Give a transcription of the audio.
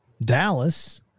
Dallas